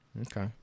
Okay